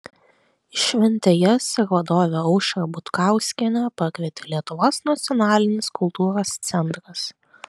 į šventę jas ir vadovę aušrą butkauskienę pakvietė lietuvos nacionalinis kultūros centras